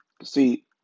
See